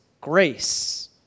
grace